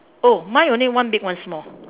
oh mine only one big one small